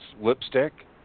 lipstick